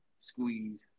squeeze